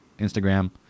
Instagram